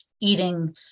eating